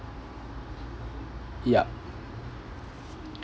yup